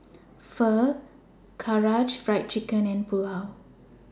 Pho Karaage Fried Chicken and Pulao